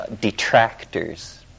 detractors